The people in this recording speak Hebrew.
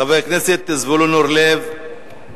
חבר הכנסת זבולון אורלב,